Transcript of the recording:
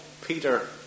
Peter